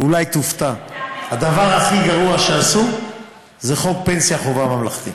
אולי תופתע: הדבר הכי גרוע שעשו זה חוק פנסיה חובה ממלכתי.